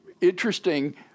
interesting